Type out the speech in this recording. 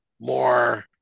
more